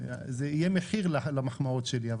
יהיה מחיר למחמאות שלי.